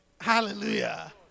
Hallelujah